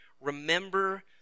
Remember